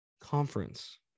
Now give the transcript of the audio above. conference